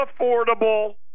affordable